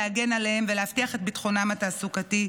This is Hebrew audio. להגן עליהן ולהבטיח את ביטחונן התעסוקתי.